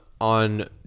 On